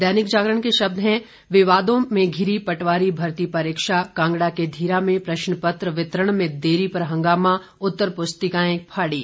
दैनिक जागरण के शब्द हैं विवादों में धिरी पटवारी भर्ती परीक्षा कांगड़ा के धीरा में प्रश्नपत्र वितरण में देरी पर हंगामा उत्तर पुस्तिकाएं फाड़ी